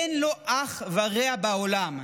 אין לו אח ורע בעולם.